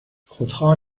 خودخواه